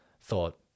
thought